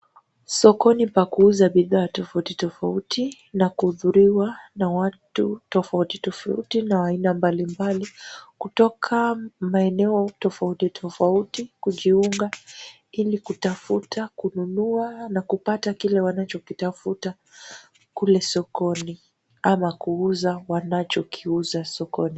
Sokoni pa kuuza bidhaa tofauti tofauti na kuzururwa na watu tofauti tofauti na wa aina mbali mbali kutoka maeneo tofauti tofauti kujiunga ili kutafuta, kununua na kupata kile wanachokitafuta kule sokoni ama kuuza wanachokiuza sokoni.